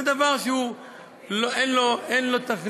זה דבר שאין לו תכלית,